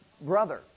brother